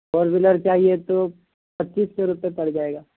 four wheeler چاہیے تو پچیس سو روپئے پڑ جائے گا